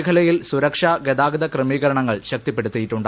മേഖലയിൽ സുരക്ഷ ഗതാഗത ക്രമീകരണങ്ങൾ ശക്തിപ്പെടുത്തിയിട്ടുണ്ട്